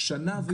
שנה ויותר.